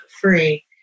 free